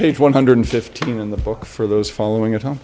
page one hundred and fifteen in the book for those following a